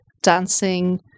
dancing